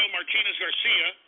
Martinez-Garcia